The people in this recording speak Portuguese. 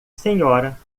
senhora